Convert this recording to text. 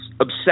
obsessed